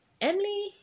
Emily